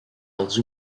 els